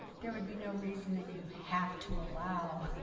there would be no reason that you have to allow